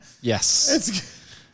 Yes